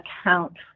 account